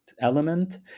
element